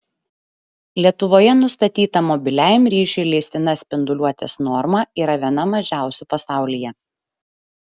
lietuvoje nustatyta mobiliajam ryšiui leistina spinduliuotės norma yra viena mažiausių pasaulyje